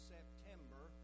September